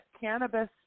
cannabis